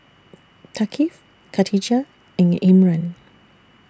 Thaqif Katijah and Imran